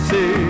Say